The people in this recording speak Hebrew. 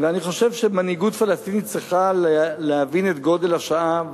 ואני חושב שמנהיגות פלסטינית צריכה להבין את גודל השעה,